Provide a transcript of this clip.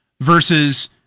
versus